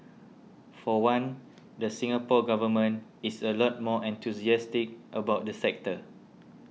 for one the Singapore Government is a lot more enthusiastic about the sector